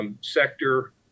sector